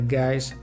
guys